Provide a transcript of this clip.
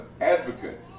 advocate